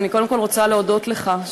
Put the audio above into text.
אני קודם כול רוצה להודות לך,